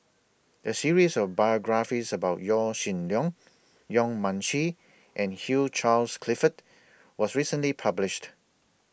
A series of biographies about Yaw Shin Leong Yong Mun Chee and Hugh Charles Clifford was recently published